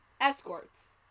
Escorts